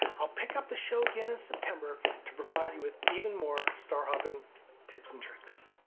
i'll pick up the show again in september to provide you with even more star hopping tips and tricks.